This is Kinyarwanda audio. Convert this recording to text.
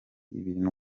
ibintu